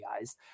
eyes